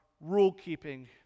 rule-keeping